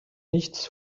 nichts